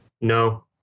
No